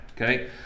okay